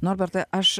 norbertai aš